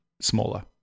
smaller